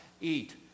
Eat